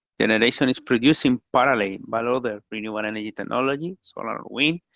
generation is producing parallel while other renewable energy technologies are ongoing,